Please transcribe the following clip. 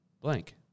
Blank